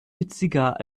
witziger